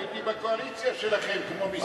הייתי בקואליציה שלכם כמו מסכן.